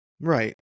Right